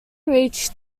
reached